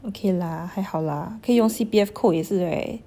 okay lah 还好 lah 可以用 C_P_F 扣也是 right